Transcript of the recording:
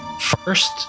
First